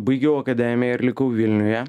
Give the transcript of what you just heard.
baigiau akademiją ir likau vilniuje